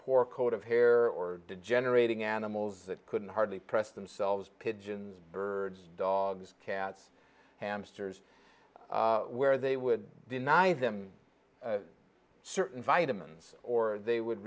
poor coat of hair or degenerating animals that couldn't hardly press themselves pigeons birds dogs cats hamsters where they would deny them certain vitamins or they would